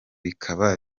bikaba